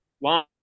long